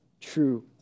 true